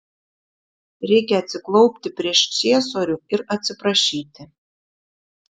reikia atsiklaupti prieš ciesorių ir atsiprašyti